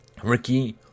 Ricky